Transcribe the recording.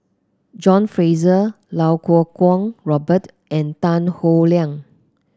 John Fraser Iau Kuo Kwong Robert and Tan Howe Liang